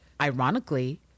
ironically